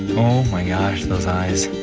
oh my gosh, those eyes.